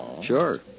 Sure